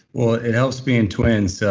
well, it helps being twins.